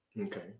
Okay